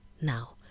Now